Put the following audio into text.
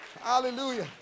hallelujah